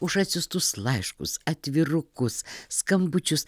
už atsiųstus laiškus atvirukus skambučius